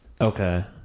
Okay